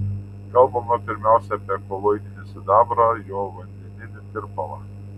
kalbama pirmiausia apie koloidinį sidabrą jo vandeninį tirpalą